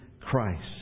Christ